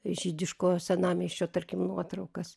žydiško senamiesčio tarkim nuotraukas